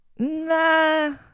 nah